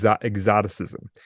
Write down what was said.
exoticism